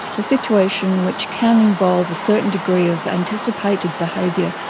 a situation which can involve a certain degree of anticipated behaviour.